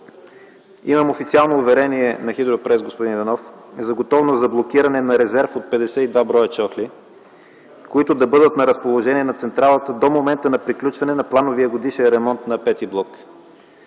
Имам официално уверение на „Хидропрес”, господин Иванов, за готовност за блокиране на резерв от 52 броя чохли, които да бъдат на разположение на централата до момента на приключване на плановия годишен ремонт на V блок.